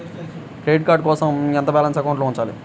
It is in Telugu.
క్రెడిట్ కార్డ్ కోసం ఎంత బాలన్స్ అకౌంట్లో ఉంచాలి?